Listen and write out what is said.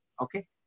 okay